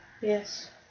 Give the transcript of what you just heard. Yes